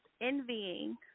envying